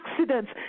accidents